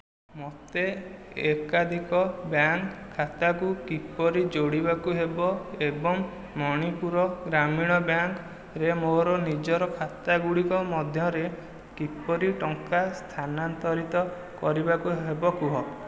ମୋତେ ଏକାଧିକ ବ୍ୟାଙ୍କ୍ ଖାତାକୁ କିପରି ଯୋଡ଼ିବାକୁ ହେବ ଏବଂ ମଣିପୁର ଗ୍ରାମୀଣ ବ୍ୟାଙ୍କ୍ ରେ ମୋର ନିଜର ଖାତାଗୁଡ଼ିକ ମଧ୍ୟରେ କିପରି ଟଙ୍କା ସ୍ଥାନାନ୍ତରିତ କରିବାକୁ ହେବ କୁହ